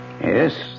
Yes